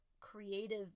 creative